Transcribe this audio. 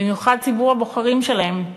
במיוחד ציבור הבוחרים שלהם,